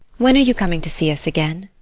when are you coming to see us again?